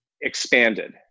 expanded